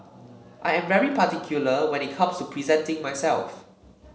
I am very particular when it comes to presenting myself